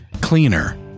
cleaner